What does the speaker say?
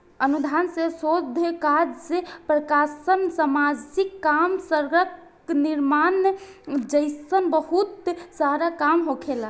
अनुदान से शोध काज प्रकाशन सामाजिक काम सड़क निर्माण जइसन बहुत सारा काम होखेला